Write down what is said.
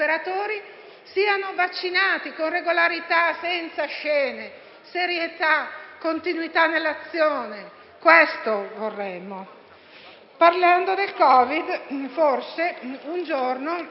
siano vaccinati con regolarità, senza scene, con serietà e continuità nell'azione. Questo vorremmo. Parlando del Covid, forse un giorno